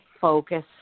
focus